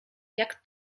jak